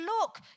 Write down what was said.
Look